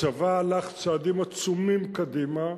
הצבא הלך צעדים עצומים קדימה,